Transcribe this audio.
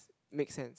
makes sense